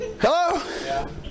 Hello